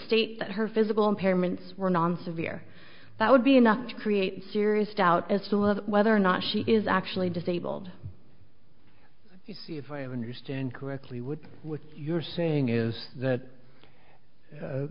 state that her physical impairments were non severe that would be enough to create serious doubt as to whether or not she is actually disabled you see if i understand correctly would which you're saying is that